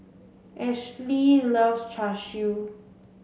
Ashli loves Char Siu